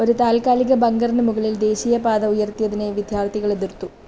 ഒരു താൽക്കാലിക ബങ്കറിനുമുകളിൽ ദേശീയപാത ഉയർത്തിയതിനെ വിദ്യാർത്ഥികൾ എതിർത്തു